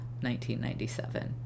1997